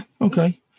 okay